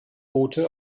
boote